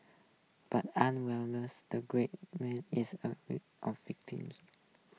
but an wellness the great man is a week of victims